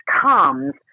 comes